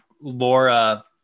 Laura